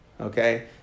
okay